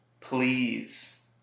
Please